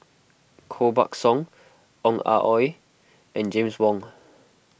Koh Buck Song Ong Ah Hoi and James Wong